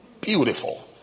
Beautiful